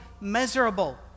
miserable